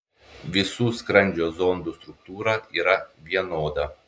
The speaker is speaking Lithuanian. visų skrandžio zondų struktūra yra vienoda